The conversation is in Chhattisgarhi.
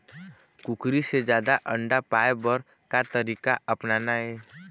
कुकरी से जादा अंडा पाय बर का तरीका अपनाना ये?